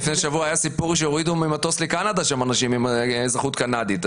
לפני שבוע היה סיפור שהורידו ממטוס לקנדה אנשים עם אזרחות קנדית.